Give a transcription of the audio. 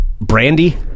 Brandy